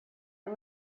and